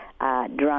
Drunk